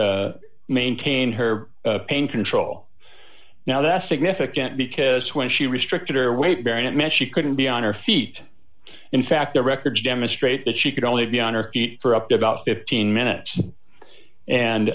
maintain her pain control now that's significant because when she restricted her weight bearing it meant she couldn't be on her feet in fact the records demonstrate that she could only be on her feet for up to about fifteen minutes and